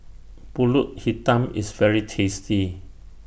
Pulut Hitam IS very tasty